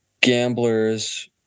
gamblers